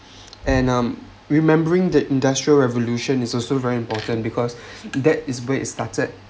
and um remembering the industrial revolution is also very important because that is where it started